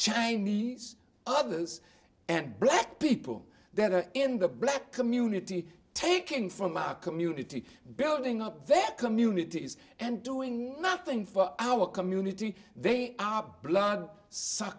chinese others and black people that are in the black community taking from our community building up their communities and doing nothing for our community they are blood suck